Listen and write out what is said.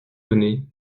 donner